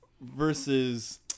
versus